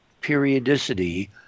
periodicity